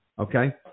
Okay